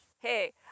Hey